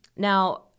Now